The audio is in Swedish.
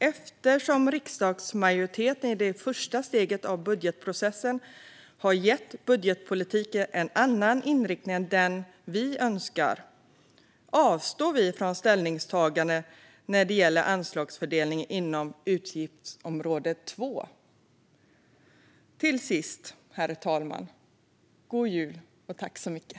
Eftersom riksdagsmajoriteten i det första steget av budgetprocessen har gett budgetpolitiken en annan inriktning än den vi önskar avstår vi från ställningstagande när det gäller anslagsfördelningen inom utgiftsområde 2. Till sist, herr talman, vill jag önska god jul!